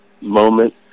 moment